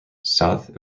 south